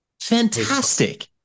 fantastic